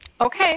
Okay